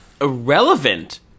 irrelevant